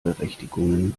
berechtigungen